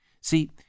See